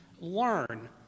learn